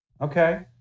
okay